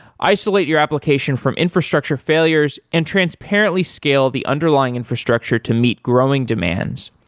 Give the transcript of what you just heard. isolate your application from infrastructure failures and transparently scale the underlying infrastructure to meet growing demands,